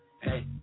hey